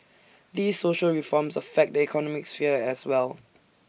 these social reforms affect the economic sphere as well